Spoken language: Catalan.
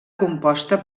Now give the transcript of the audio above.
composta